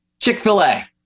Chick-fil-A